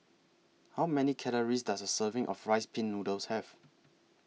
How Many Calories Does A Serving of Rice Pin Noodles Have